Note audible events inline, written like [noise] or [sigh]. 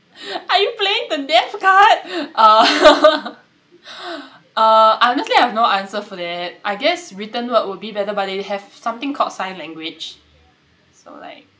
[laughs] are you playing the deaf card [laughs] honestly I have no answer for that I guess written word would be better but they have something called sign language so like